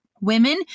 Women